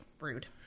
Rude